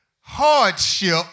hardship